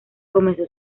comenzó